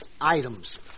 Items